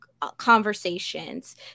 conversations